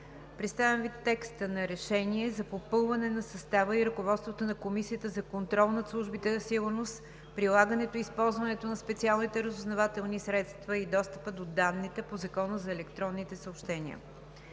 Представям Ви текста на „Проект РЕШЕНИЕ за попълване на състава и ръководството на Комисията за контрол над службите за сигурност, прилагането и използването на специалните разузнавателни средства и достъпа до данните по Закона за електронните съобщения